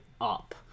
up